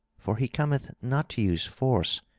for he cometh not to use force,